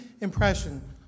impression